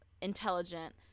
intelligent